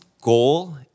goal